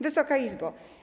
Wysoka Izbo!